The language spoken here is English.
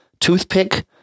toothpick